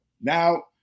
now